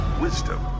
wisdom